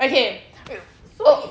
okay so